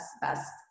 best